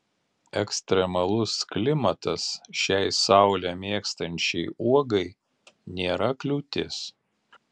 ekstremalus klimatas šiai saulę mėgstančiai uogai nėra kliūtis